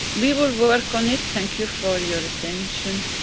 we will work on it. thank you for your attention.